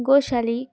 গোশালি